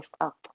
up